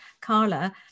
Carla